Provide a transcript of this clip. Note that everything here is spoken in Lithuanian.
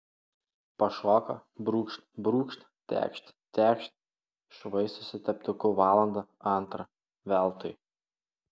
pašoka brūkšt brūkšt tekšt tekšt švaistosi teptuku valandą antrą veltui